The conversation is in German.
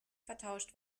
vertauscht